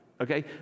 Okay